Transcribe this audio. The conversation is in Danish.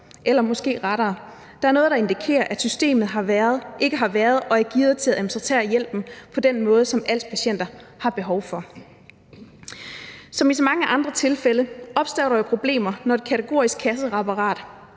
eller måske rettere: Der er noget, der indikerer, at systemet ikke har været og ikke er gearet til at organisere hjælpen på den måde, som als-patienter har behov for. Som i så mange andre tilfælde opstår der problemer, når et kategorisk kasseapparat,